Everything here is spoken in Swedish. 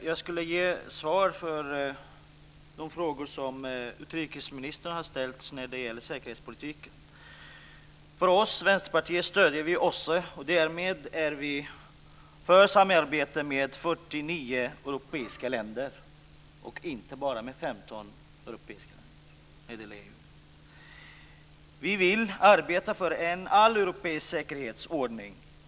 Herr talman! Jag ska svara på de frågor som utrikesministern har ställt om säkerhetspolitiken. Vi i Vänsterpartiet stöder OSSE, och därmed är vi för samarbete med 49 europeiska länder, inte bara med 15 av dessa. Vi vill arbeta för en alleuropeisk säkerhetsordning.